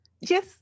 Yes